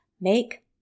make